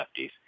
lefties